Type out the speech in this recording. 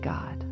God